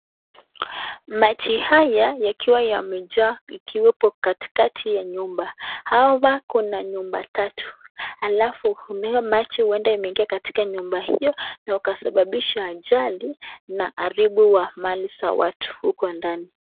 Maji haya, yakiwa yamejaa ikiwepo katikati ya nyumba. Hawa wako na nyumba tatu, alafu maji huenda imeingia katika nyumba hiyo, na ikasababisha ajali, na kuharibu mali za watu huko ndani.